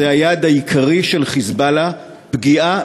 זה היעד העיקרי של "חיזבאללה" פגיעה